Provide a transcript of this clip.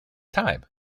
time